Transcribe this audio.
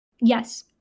Yes